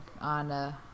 on